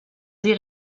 sie